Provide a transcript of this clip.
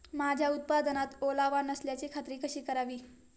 माझ्या उत्पादनात ओलावा नसल्याची खात्री कशी करावी?